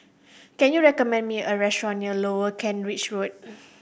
can you recommend me a restaurant near Lower Kent Ridge Road